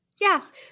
Yes